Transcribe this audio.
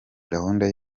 gahunda